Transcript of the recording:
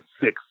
six